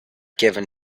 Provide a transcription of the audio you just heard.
given